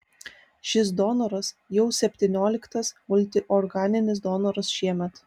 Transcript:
šis donoras jau septynioliktas multiorganinis donoras šiemet